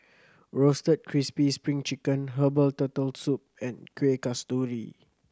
Roasted Crispy Spring Chicken herbal Turtle Soup and Kueh Kasturi